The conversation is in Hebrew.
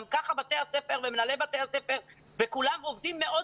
גם ככה בתי הספר ומנהלי בתי הספר וכולם עובדים מאוד